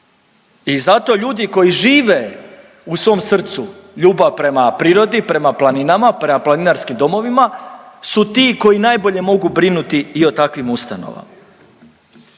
I zato ljudi koji žive u svom srcu ljubav prema prirodi, prema planinama, prema planinarskim domovima su ti koji najbolje mogu brinuti i o takvim ustanovama.